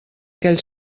aquell